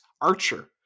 Archer